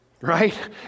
right